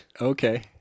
Okay